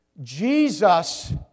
Jesus